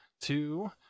Two